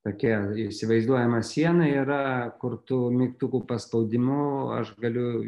tokia įsivaizduojama siena yra kur tų mygtukų paspaudimu aš galiu